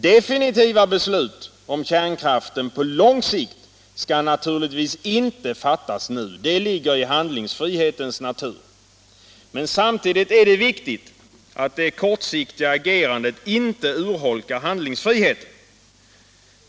Definitiva beslut om kärnkraften på lång sikt skall naturligtvis inte fattas nu — det ligger i handlingsfrihetens natur. Men samtidigt är det viktigt att det kortsiktiga agerandet inte urholkar handlingsfriheten.